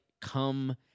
come